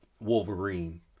Wolverine